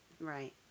right